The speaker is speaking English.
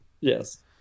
yes